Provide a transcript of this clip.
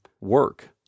work